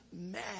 mad